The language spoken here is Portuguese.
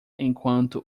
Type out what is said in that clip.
enquanto